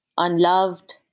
unloved